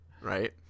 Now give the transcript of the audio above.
right